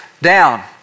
down